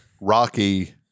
Rocky